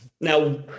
Now